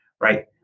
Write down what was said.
right